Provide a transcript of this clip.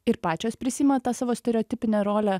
ir pačios prisiima tą savo stereotipinę rolę